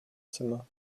zimmer